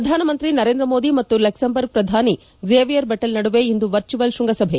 ಪ್ರಧಾನಮಂತ್ರಿ ನರೇಂದ್ರ ಮೋದಿ ಮತ್ತು ಲಕ್ಷೆಂಬರ್ಗ್ ಪ್ರಧಾನಿ ಝೇವಿಯರ್ ಬೆಟೆಲ್ ನಡುವೆ ಇಂದು ವರ್ಚುವಲ್ ಶ್ಪಂಗಸಭೆ